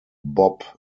bob